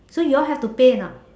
so you all have to pay or not